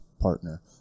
partner